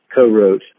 co-wrote